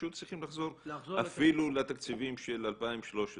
פשוט צריכים לחזור אפילו לתקציבים של 2013,